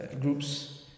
groups